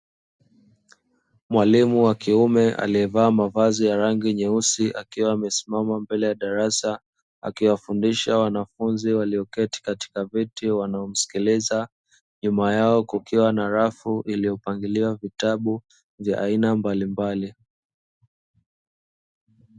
Mwalimu wakiume aliyevaa mavazi ya rangi nyeusi akiwa amesisima mbele ya darasa akiwafundisha mwanafunzi walioketi katika viti, wanaomsikiliza nyuma yao kukiwa na rafu iliyopangiliwa vitabu vya aina mbalimbali.